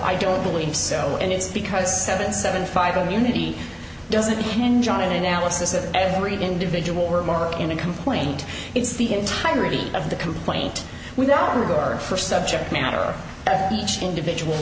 i don't believe so and it's because seven seven five zero unity doesn't hinge on an analysis of every individual remark in a complaint it's the entirety of the complaint without regard for subject matter or each individual